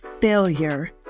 failure